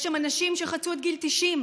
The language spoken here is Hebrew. יש שם אנשים שחצו את גיל 90,